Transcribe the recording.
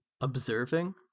observing